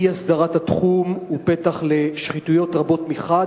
אי-הסדרת התחום הוא פתח לשחיתויות רבות מחד